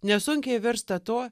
nesunkiai virsta tuo